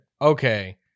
okay